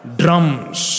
drums